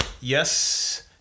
Yes